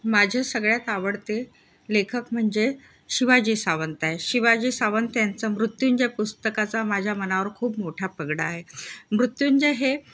माझे सगळ्यात आवडते लेखक म्हणजे शिवाजी सावंत आहे शिवाजी सावंत त्यांचा मृत्युंजय पुस्तकाचा माझ्या मनावर खूप मोठा पगडा आहे मृत्युंजय हे